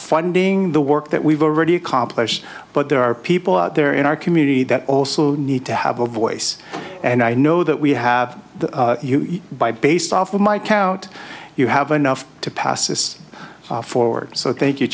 finding the work that we've already accomplished but there are people out there in our community that also need to have a voice and i know that we have by based off of my count you have enough to pass this forward so thank you